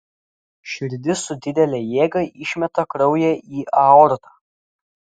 širdis su didele jėga išmeta kraują į aortą